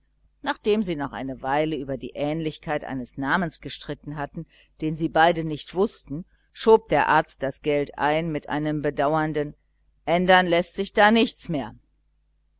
nachdem sie noch eine weile über die ähnlichkeit eines namens gestritten hatten den sie beide nicht wußten schob der arzt das geld ein mit einem bedauernden ändern läßt sich da nichts mehr